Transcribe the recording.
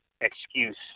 excuse